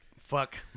fuck